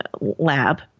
lab